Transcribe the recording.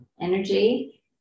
energy